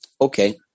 okay